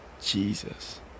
Jesus